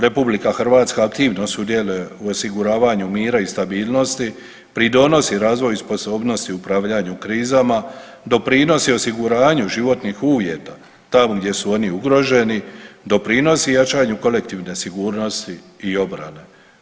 RH aktivno sudjeluje u osiguravanju mira i stabilnosti, pridonosi razvoju i sposobnosti u upravljanju krizama, doprinosi osiguranju životnih uvjeta tamo gdje su oni ugroženi, doprinosi jačanju kolektivne sigurnosti i obrane.